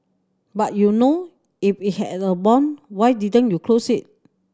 but you know if it had a bomb why didn't you close it